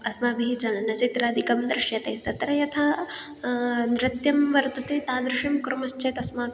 अस्माभिः चलनचित्रादिकं दृश्यते तत्र यथा नृत्यं वर्तते तादृशं कुर्मश्चेत् अस्माकम्